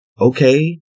okay